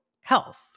health